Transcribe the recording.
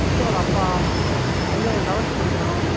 ஓட அப்பா பையன் லெவன்த்து படிக்கிறான்